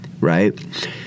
Right